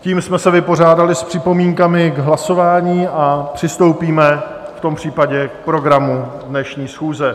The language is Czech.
Tím jsme se vypořádali s připomínkami k hlasování a přistoupíme v tom případě k programu dnešní schůze.